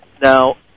Now